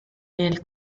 nel